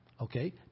okay